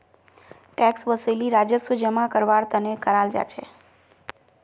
tax वसूली राजस्व जमा करवार तने कराल जा छे